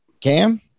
Cam